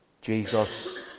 Jesus